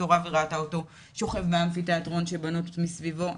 רב והיא ראתה אותו שוכב באמפי תיאטרון כשבנות מסביבו,